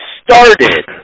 started